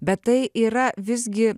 bet tai yra visgi